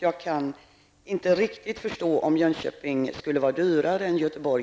Jag kan inte riktigt förstå att Jönköping i det här fallet skulle vara dyrare än Göteborg.